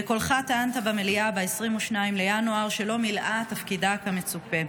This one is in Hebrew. בקולך טענת במליאה ב-22 בינואר שהיא לא מילאה את תפקידה כמצופה.